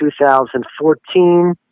2014